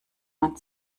man